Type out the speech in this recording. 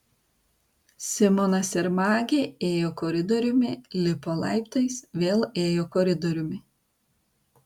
simonas ir magė ėjo koridoriumi lipo laiptais vėl ėjo koridoriumi